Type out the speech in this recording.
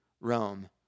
Rome